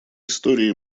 истории